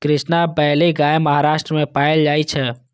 Krishna valley गाय महाराष्ट्र मे पाएल जाइ छै